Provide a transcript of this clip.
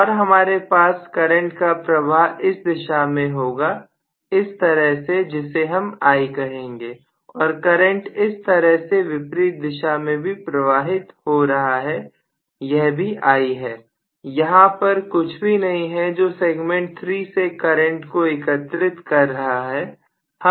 और हमारे पास करंट का प्रवाह इस दिशा में होगा इस तरह से जिसे हम I कहेंगे और करंट इस तरह से विपरीत दिशा में भी प्रवाहित हो रहा होगा यह भी I है यहां पर कुछ भी नहीं है जो सेगमेंट 3 से करंट को एकत्रित कर रहा है